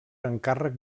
encàrrec